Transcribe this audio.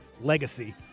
legacy